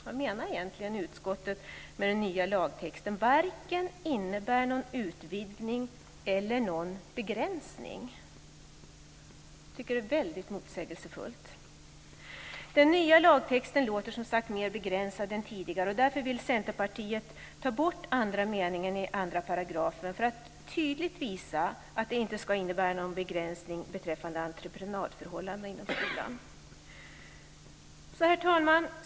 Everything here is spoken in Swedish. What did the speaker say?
Vad menar egentligen utskottet med den nya lagtexten, att det varken innebär någon utvidgning eller någon begränsning? Jag tycker att det är väldigt motsägelsefullt. Den nya lagtexten låter som sagt mer begränsad än den tidigare. Centerpartiet vill därför ta bort andra meningen i 2 § för att tydligt visa att det inte ska innebära någon begränsning beträffande entreprenadförhållandena inom skolan. Herr talman!